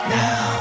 now